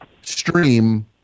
stream